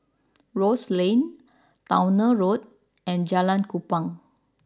Rose Lane Towner Road and Jalan Kupang